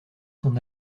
son